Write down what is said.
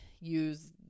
use